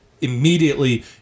immediately